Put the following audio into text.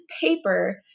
paper